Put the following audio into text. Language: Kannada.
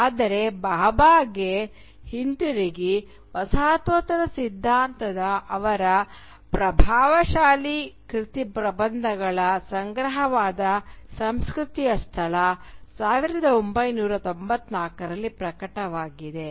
ಆದರೆ ಭಾಭಾಗೆ ಹಿಂತಿರುಗಿ ವಸಾಹತೋತ್ತರ ಸಿದ್ಧಾಂತದ ಅವರ ಅತ್ಯಂತ ಪ್ರಭಾವಶಾಲಿ ಕೃತಿ ಪ್ರಬಂಧಗಳ ಸಂಗ್ರಹವಾದ "ಸಂಸ್ಕೃತಿಯ ಸ್ಥಳ " 1994 ರಲ್ಲಿ ಪ್ರಕಟವಾಗಿದೆ